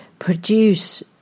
produce